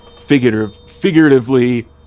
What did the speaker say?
figuratively